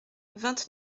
vingt